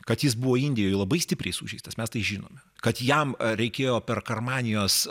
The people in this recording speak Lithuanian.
kad jis buvo indijoj labai stipriai sužeistas mes tai žinome kad jam reikėjo per karmanijos